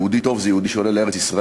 יהודי טוב זה יהודי שעולה לארץ-ישראל,